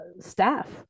Staff